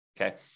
okay